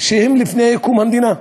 שהם מלפני קום המדינה.